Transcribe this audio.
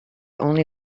only